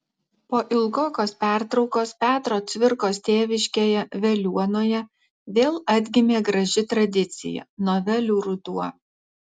po ilgokos pertraukos petro cvirkos tėviškėje veliuonoje vėl atgimė graži tradicija novelių ruduo